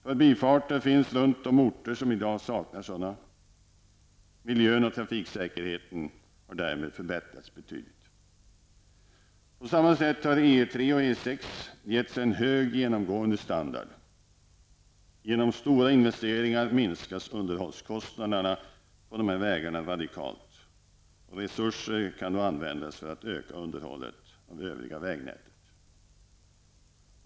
Förbifarter finns runt de orter som i dag saknar sådana. Miljön och trafiksäkerheten har därmed förbättrats betydligt. På samma sätt har E 3 och E 6 getts en genomgående hög standard. Genom stora investeringar minskas underhållskostnaderna på dessa vägar radikalt. Resurser kan användas för att öka underhållet av det övriga vägnätet.